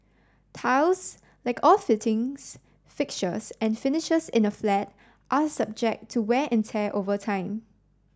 tiles like all fittings fixtures and finishes in a flat are subject to wear and tear over time